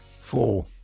Four